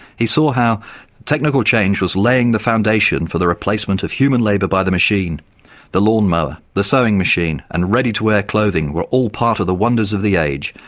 he saw how technical change was laying the foundation for the replacement of human labour by the machine the lawn mower, the sewing machine and ready-to-wear clothing were all part of the wonders of the age,